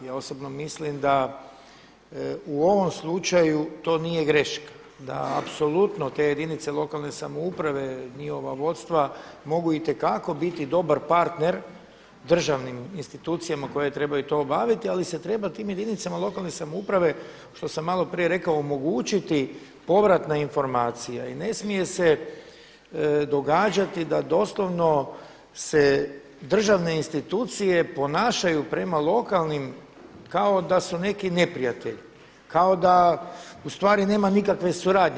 Ja osobno mislim da u ovom slučaju to nije greška, da apsolutno te jedinice lokalne samouprave njihova vodstva mogu itekako biti dobar partner državnim institucijama koje trebaju to obaviti ali se treba tim jedinicama lokalne samouprave što sam maloprije rekao omogućiti povratna informacija i ne smije se događati da doslovno se državne institucije ponašaju prema lokalnim kao da su neki neprijatelji, kao da ustvari nema nikakve suradnje.